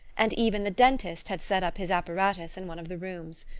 and even the dentist had set up his apparatus in one of the rooms.